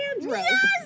Yes